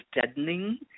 deadening